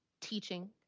teaching